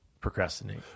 procrastinate